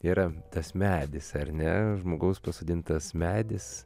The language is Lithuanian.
yra tas medis ar ne žmogaus pasodintas medis